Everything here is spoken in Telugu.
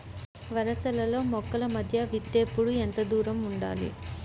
వరసలలో మొక్కల మధ్య విత్తేప్పుడు ఎంతదూరం ఉండాలి?